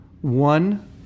one